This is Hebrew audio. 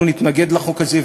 אנחנו נתנגד לחוק הזה.